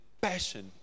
passion